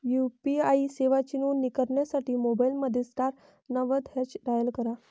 UPI सेवांची नोंदणी करण्यासाठी मोबाईलमध्ये स्टार नव्वद हॅच डायल करा